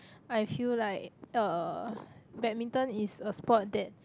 I feel like uh badminton is a sport that